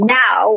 now